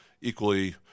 equally